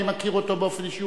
אני מכיר אותו באופן אישי,